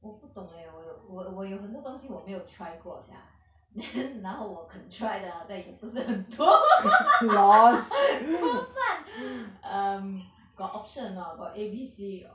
我不懂 eh 我有我有我有很多东西我没有 try 过 sia 那我肯 try 的也不是很多 超赞 um got option or not got A B C or